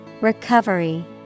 Recovery